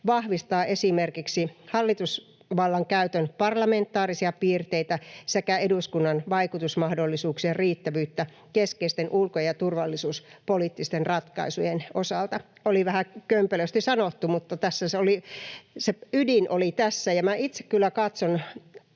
vahvistaa esimerkiksi hallitusvallan käytön parlamentaarisia piirteitä sekä eduskunnan vaikutusmahdollisuuksien riittävyyttä keskeisten ulko- ja turvallisuuspoliittisten ratkaisujen osalta. — Oli vähän kömpelösti sanottu, mutta se ydin oli tässä. Minä itse kyllä katson